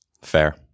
Fair